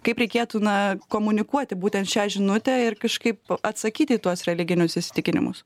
kaip reikėtų na komunikuoti būtent šią žinutę ir kažkaip atsakyti į tuos religinius įsitikinimus